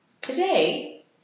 today